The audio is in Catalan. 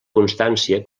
constància